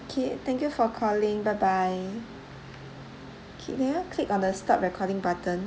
okay thank you for calling bye bye K can you click on the stop recording button